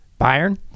Bayern